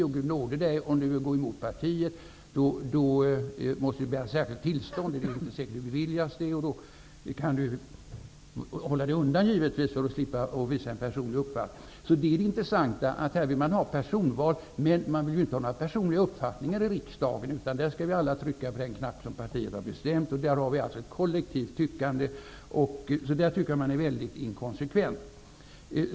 Gud nåde dig om du vill gå emot partiet! Då måste du begära ett särskilt tillstånd, som det inte är säkert att du beviljas. Då kan du givetvis hålla dig undan för att slippa redovisa en personlig uppfattning. Det intressanta är alltså att utredningen vill ha personval, men man vill inte ha några personliga uppfattningar i riksdagen. Här skall alla trycka på den knapp som partiet har bestämt, och här har vi ett kollektivt tyckande. Jag menar därför att utredningen på den punkten är väldigt inkonsekvent.